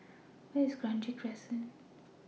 Where IS Kranji Crescent